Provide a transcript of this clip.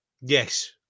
Yes